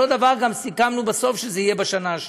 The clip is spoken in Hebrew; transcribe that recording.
אותו דבר סיכמנו בסוף שזה יהיה גם בשנה השנייה,